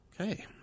Okay